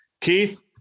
keith